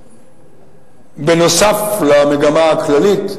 שנוסף על המגמה הכללית,